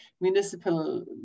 municipal